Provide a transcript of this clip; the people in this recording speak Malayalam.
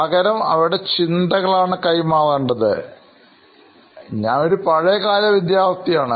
പകരം അവരുടെ ചിന്തകളാണ് കൈമാറേണ്ടത്" ഞാൻ ഒരു പഴയ കാല വിദ്യാർത്ഥിയാണ്